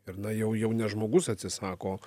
ir na jau jau ne žmogus atsisako